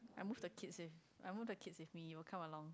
I move the kids in I move the kids with me you will come along